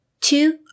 two